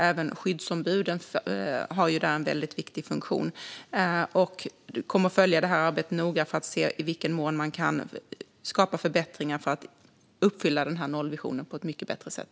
Även skyddsombuden har där en väldigt viktig funktion. Vi kommer att följa arbetet noga för att se i vilken mån man kan skapa förbättringar för att uppfylla nollvisionen på ett mycket bättre sätt.